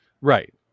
right